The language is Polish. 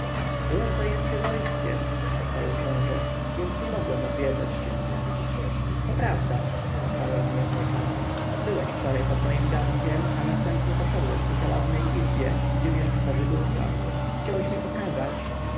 byłem zajęty wojskiem odparł książę więc nie mogłem odwiedzać cię to prawda odparła gniewnie kama byłeś wczoraj pod moim gankiem a następnie poszedłeś ku czeladniej izbie gdzie mieszka ta żydówka chciałeś mi pokazać